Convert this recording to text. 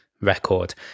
record